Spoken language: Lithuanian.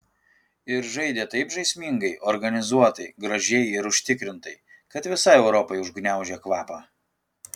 ir žaidė taip žaismingai organizuotai gražiai ir užtikrintai kad visai europai užgniaužė kvapą